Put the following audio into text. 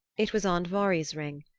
it was andvari's ring,